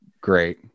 great